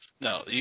No